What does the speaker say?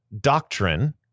doctrine